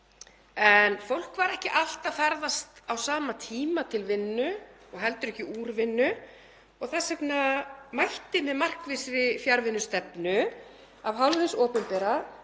en fólk var ekki allt að ferðast á sama tíma til vinnu og heldur ekki úr vinnu. Þess vegna mætti með markvissri fjarvinnu stefnu af hálfu hins opinbera